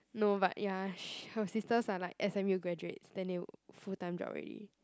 no but ya sh~ her sisters are like s_m_u graduates then they work full time job already